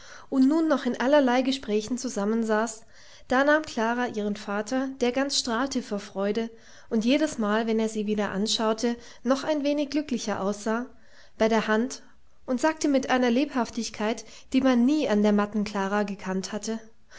und nun noch in allerlei gesprächen zusammensaß da nahm klara ihren vater der ganz strahlte vor freude und jedesmal wenn er sie wieder anschaute noch ein wenig glücklicher aussah bei der hand und sagte mit einer lebhaftigkeit die man nie an der matten klara gekannt hatte